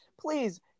please